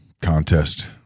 contest